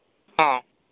ᱦᱮᱸ